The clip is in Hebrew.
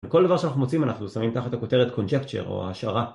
כל דבר שאנחנו מוצאים אנחנו שמים תחת הכותרת conjecture או השערה